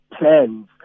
plans